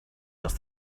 asked